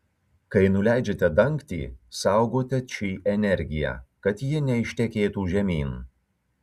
kai nuleidžiate dangtį saugote či energiją kad ji neištekėtų žemyn